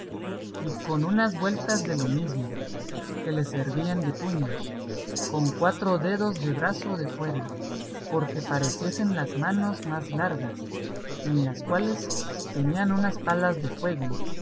y con unas vueltas de lo mismo que les servían de puños con cuatro dedos de brazo de fuera porque pareciesen las manos más largas en las cuales tenían unas palas de fuego